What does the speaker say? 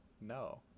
No